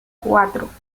cuatro